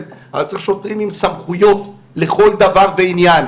אבל צריך שוטרים עם סמכויות לכל דבר ועניין.